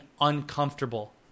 uncomfortable